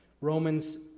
Romans